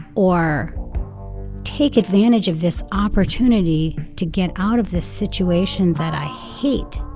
or take advantage of this opportunity to get out of this situation that i hate,